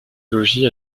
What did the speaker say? logis